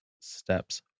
steps